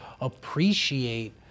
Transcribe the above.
appreciate